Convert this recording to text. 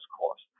cost